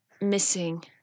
missing